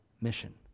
mission